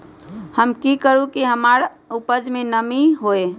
हम की करू की हमार उपज में नमी होए?